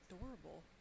adorable